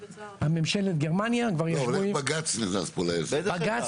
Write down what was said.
לא, איך בג"ץ נכנס פה לעסק?